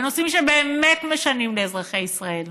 בנושאים שבאמת משנים לאזרחי ישראל,